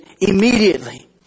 immediately